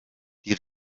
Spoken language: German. die